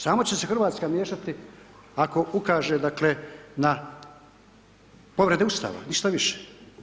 Samo će se Hrvatska miješati ako ukaže dakle, na povrede Ustava ništa više.